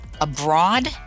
abroad